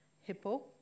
hippo